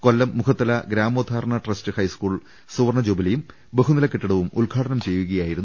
കൊല്ലം മുഖത്തല ഗ്രാമോദ്ധാരണ trust high school സുവർണ ജൂബിലിയും ബഹുനില കെട്ടിടവും ഉദ്ഘാടനം ചെയ്യുകയായിരുന്നു മന്ത്രി